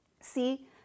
See